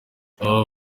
aba